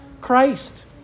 Christ